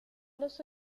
los